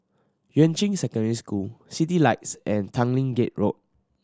Yuan Ching Secondary School Citylights and Tanglin Gate Road